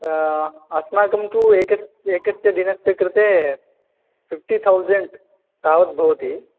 अस्माकं तु एक एकस्य दिनस्य कृते फिफ्टि थौसण्ड् तावद् भवति